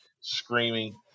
screaming